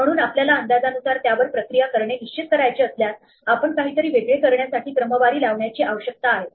म्हणून आपल्याला अंदाजानुसार त्यावर प्रक्रिया करणे निश्चित करायचे असल्यास आपण काहीतरी वेगळे करण्यासाठी क्रमवारी लावण्याची आवश्यकता आहे